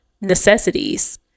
necessities